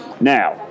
Now